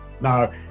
Now